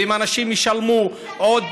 ואם אנשים ישלמו עוד,